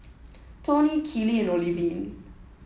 Toni Keely and Olivine